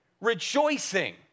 rejoicing